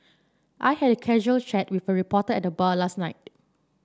I had casual chat with a reporter at the bar last night